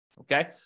okay